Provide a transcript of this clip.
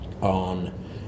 on